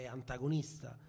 antagonista